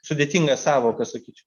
sudėtinga sąvoka sakyčiau